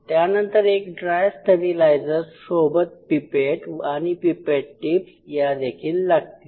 त्यानंतर एक dry steriliser सोबत पिपेट आणि पिपेट टीप्स यादेखील लागतील